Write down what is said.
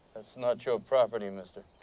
that's not your property, mister.